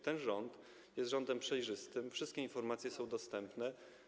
Ten rząd jest rządem przejrzystym, wszystkie informacje są dostępne.